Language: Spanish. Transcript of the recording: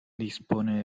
dispone